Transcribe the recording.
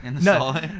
No